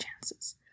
chances